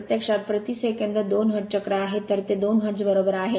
प्रत्यक्षात प्रति second 2 hertz चक्र आहेत तर ते 2 हर्ट्ज बरोबर आहे